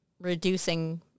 reducing